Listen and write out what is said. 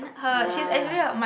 ah